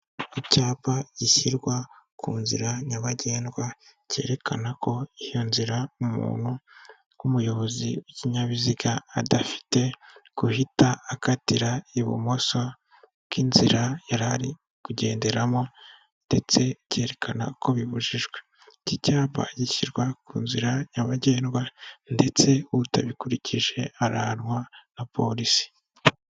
Icyapa gishyirwa ku nzi nyabagendwa kerekana ko iyo nzira umuntu w'umuyobozi w'ikinyabiziga adafite guhita akatira ibumoso bw'inzira yari ari kugenderamo ndetse byerekana ko bibujijwe, iki cyapa gishyirwa ku nzira nyabagendwa ndetse utabikurikije arahanwa na polisi.